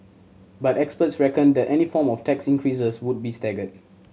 but experts reckoned that any form of tax increases would be staggered